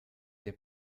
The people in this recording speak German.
der